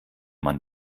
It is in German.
man